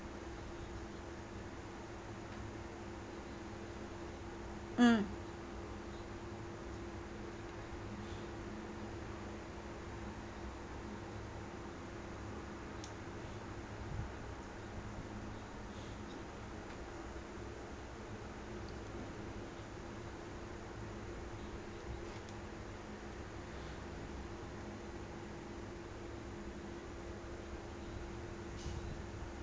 mm